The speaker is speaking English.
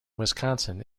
wisconsin